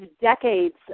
decades